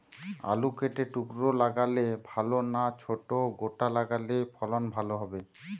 আলু কেটে টুকরো লাগালে ভাল না ছোট গোটা লাগালে ফলন ভালো হবে?